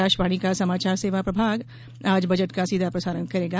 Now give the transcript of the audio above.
आकाशवाणी का समाचार सेवा प्रभाग आज बजट का सीधा प्रसारण करेगा